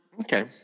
Okay